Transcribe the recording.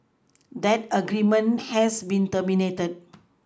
that agreement has been terminated